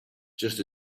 just